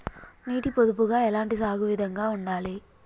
నీటి పొదుపుగా ఎలాంటి సాగు విధంగా ఉండాలి?